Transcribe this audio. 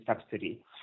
subsidy